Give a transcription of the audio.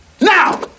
Now